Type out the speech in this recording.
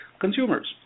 consumers